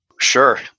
Sure